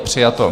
Přijato.